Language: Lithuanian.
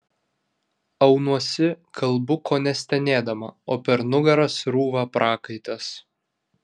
aunuosi kalbu kone stenėdama o per nugarą srūva prakaitas